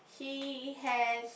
he has